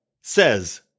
says